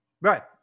Right